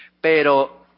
pero